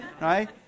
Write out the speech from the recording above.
Right